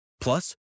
Plus